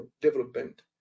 development